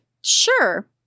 sure